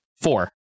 Four